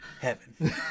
heaven